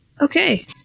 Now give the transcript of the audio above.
Okay